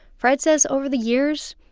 fred says, over the years,